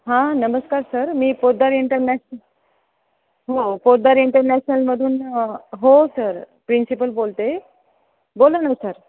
हां नमस्कार सर मी पोद्दार इंटरनॅशन हो पोद्दार इंटरनॅशनलमधून हो सर प्रिन्सिपल बोलते आहे बोला ना सर